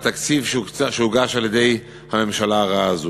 בתקציב שהוגש על-ידי הממשלה הרעה הזו.